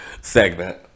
segment